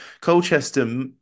Colchester